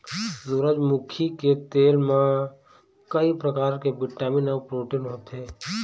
सूरजमुखी के तेल म कइ परकार के बिटामिन अउ प्रोटीन होथे